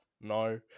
No